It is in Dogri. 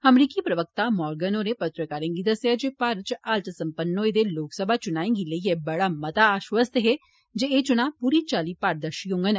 अमरीकी प्रवक्ता मॉर्गेन होरें पत्रकारें गी दस्सेआ जे भारत च हाल च सम्पन्न होए दे लोकसभा चुनाएं गी लेइयै बड़ा मता आश्वस्त हा जे एह् चुनाव पूरी चाल्ली पारदर्शी होंडन